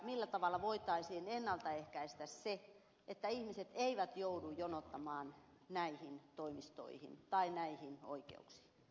millä tavalla voitaisiin ennalta ehkäistä se että ihmiset joutuvat jonottamaan näihin toimistoihin tai näihin oikeuksiin